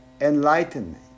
enlightenment